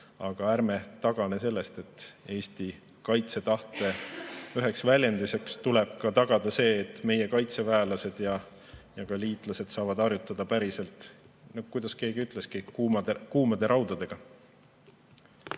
Aga ärme tagane sellest, et Eesti kaitsetahte üheks väljenduseks tuleb ka tagada see, et meie kaitseväelased ja ka liitlased saavad harjutada päriselt, kuidas keegi ütleski, kuumade raudadega.